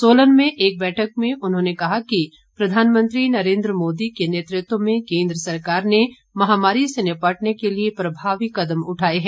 सोलन में एक बैठक में उन्होंने कहा कि प्रधानमंत्री नरेन्द्र मोदी के नेतृत्व में केन्द्र सरकार ने महामारी से निपटने के लिए प्रभावी कदम उठाए हैं